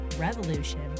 revolution